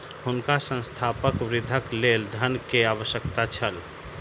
हुनका संस्थानक वृद्धिक लेल धन के आवश्यकता छल